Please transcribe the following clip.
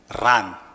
run